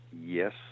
yes